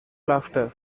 laughter